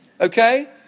Okay